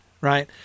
right